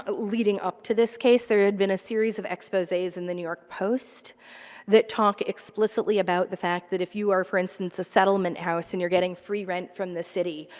ah leading up to this case, there had been a series of exposes in the new york post that talk explicitly about the fact that if you are, for instance, a settlement house and you're getting free rent from the city,